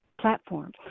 platform